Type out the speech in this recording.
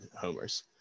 homers